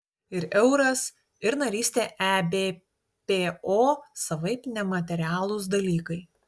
ir euras ir narystė ebpo savaip nematerialūs dalykai